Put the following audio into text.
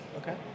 Okay